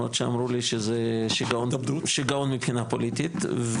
למרות שאמרו לי שזה שגעון מבחינה פוליטית.